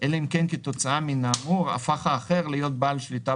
אלא אם כן כתוצאה מן האמור הפך האחר להיות בעל שליטה